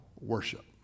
worship